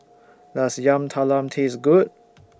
Does Yam Talam Taste Good